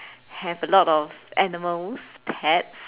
have a lot of animals pets